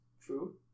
True